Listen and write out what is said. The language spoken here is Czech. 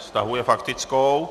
Stahuje faktickou.